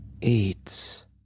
eats